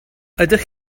ydych